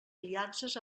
aliances